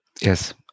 Yes